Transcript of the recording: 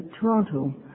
toronto